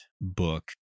book